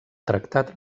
tractat